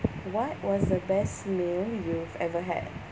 what was the best meal you've ever had